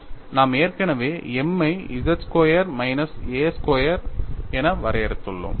நாம் ஏற்கனவே m ஐ z square minus a square என வரையறுத்துள்ளோம்